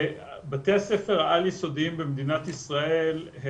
בתי הספר העל-יסודיים במדינת ישראל,